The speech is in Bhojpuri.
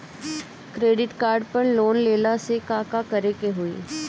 क्रेडिट कार्ड पर लोन लेला से का का करे क होइ?